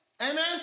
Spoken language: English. amen